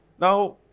Now